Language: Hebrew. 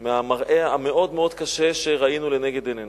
מול המראה המאוד-מאוד קשה שראינו לנגד עינינו.